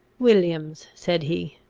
williams, said he,